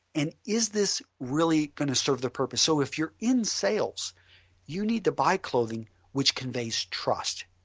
and is this really going to serve the purpose? so if you are in sales you need to buy clothing which conveys trust.